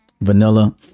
vanilla